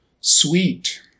sweet